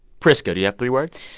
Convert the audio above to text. priska, do you have three words?